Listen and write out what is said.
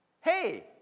Hey